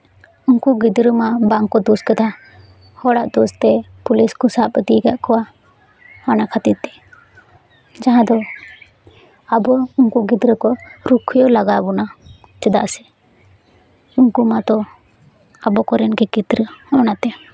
ᱩᱱᱠᱩ ᱜᱤᱫᱽᱨᱟᱹ ᱢᱟ ᱵᱟᱝᱠᱚ ᱫᱳᱥ ᱠᱟᱫᱟ ᱦᱚᱲᱟᱜ ᱫᱳᱥ ᱛᱮ ᱯᱩᱞᱤᱥ ᱠᱚ ᱥᱟᱵ ᱤᱫᱤ ᱠᱟᱜ ᱠᱚᱣᱟ ᱚᱱᱟ ᱠᱷᱟᱹᱛᱤᱨ ᱛᱮ ᱡᱟᱦᱟᱸ ᱫᱚ ᱟᱵᱚ ᱩᱱᱠᱩ ᱜᱤᱫᱽᱨᱟᱹ ᱫᱚ ᱨᱩᱠᱷᱭᱟᱹ ᱞᱟᱜᱟᱣ ᱵᱚᱱᱟ ᱪᱮᱫᱟᱜ ᱥᱮ ᱩᱱᱠᱩ ᱢᱟᱛᱚ ᱟᱵᱚ ᱠᱚᱨᱮᱱ ᱜᱮ ᱜᱤᱫᱽᱨᱟᱹ ᱚᱱᱟᱛᱮ